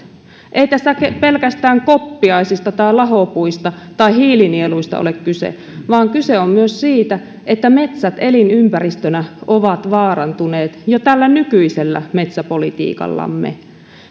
ei tässä pelkästään koppiaisista tai lahopuista tai hiilinieluista ole kyse vaan kyse on myös siitä että metsät elinympäristönä ovat vaarantuneet jo tällä nykyisellä metsäpolitiikallamme